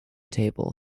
table